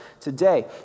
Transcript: today